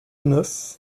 neuf